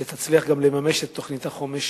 כדי שתצליח לממש את תוכנית החומש